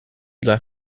dla